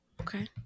Okay